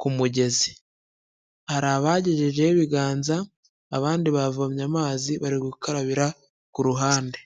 ku mugezi. Hari abagejejeho ibiganza, abandi bavomye amazi, bari gukarabira ku ruhande.